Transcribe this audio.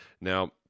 Now